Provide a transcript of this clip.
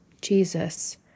Jesus